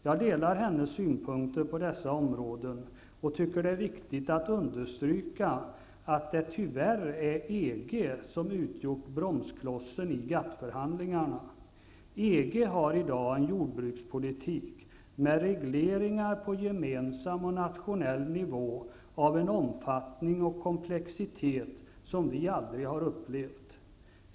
Jag delar hennes synpunkter på dessa områden och tycker att det är viktigt att understryka att det tyvärr är EG som utgjort bromsklossen i GATT EG har i dag en jordbrukspolitik med regleringar på gemensam och nationell nivå av en omfattning och komplexitet som vi aldrig upplevt.